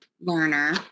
Learner